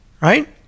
right